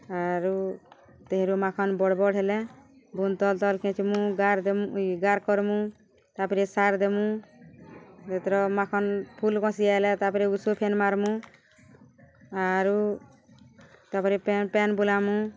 ଆରୁ ତେହେରୁ ମାଖନ୍ ବଡ଼୍ ବଡ଼୍ ହେଲେ ବୁନ୍ଦ୍ ତଲ୍ ତଲ୍ ଖେଚ୍ମୁ ଗାର୍ ଦେମୁ ଇ ଗାର୍ କର୍ମୁ ତା'ପରେ ସାର୍ ଦେମୁ ଯେତେର ମାଖନ୍ ଫୁଲ୍ କଷି ଆଲେ ତା'ପରେ ଉଷୁ ଫେନ୍ ମାର୍ମୁ ଆରୁ ତା'ପରେ ପେନ୍ ପେନ୍ ବୁଲାମୁ